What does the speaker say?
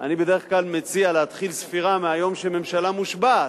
אני בדרך כלל מציע להתחיל ספירה מהיום שממשלה מושבעת.